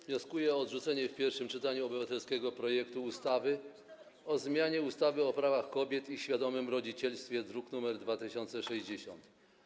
Wnoszę o odrzucenie w pierwszym czytaniu obywatelskiego projektu ustawy o prawach kobiet i świadomym rodzicielstwie, druk nr 2060.